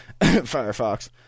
Firefox